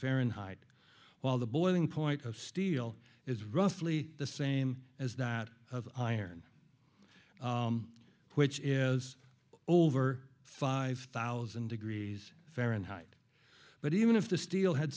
fahrenheit while the boiling point of steel is roughly the same as that of iron which is over five thousand degrees fahrenheit but even if the steel had